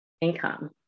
income